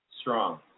Strong